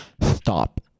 stop